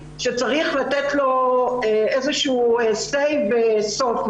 שצריך לתת לו איזשהו say וסוף,